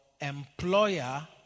employer